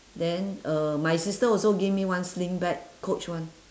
then uh my sister also give me one sling bag coach one